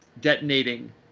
detonating